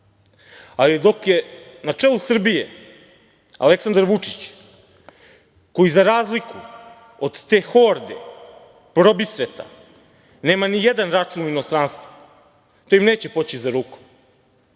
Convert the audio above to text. dok je na čelu Srbije Aleksandar Vučić, koji za razliku od te horde probisveta nema nijedan račun u inostranstvu, to im neće poći za rukom.